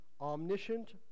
omniscient